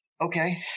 Okay